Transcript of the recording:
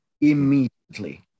immediately